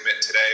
today